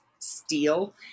steal